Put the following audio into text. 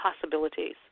possibilities